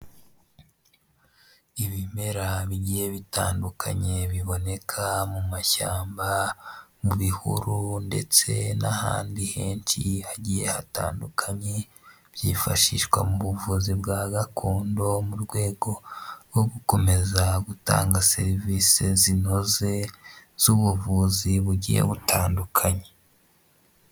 Ibimera BIgiye bitandukanye biboneka mu mashyamba, mu bihuru ndetse n'ahandi henshi hagiye hatandukanye byifashishwa mu buvuzi bwa gakondo mu rwego rwo gukomeza gutanga serivisi zinoze z'ubuvuzi bugiye butandukanye.